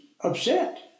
upset